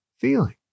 feeling